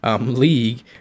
league